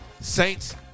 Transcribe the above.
Saints